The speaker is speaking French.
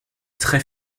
très